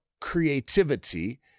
creativity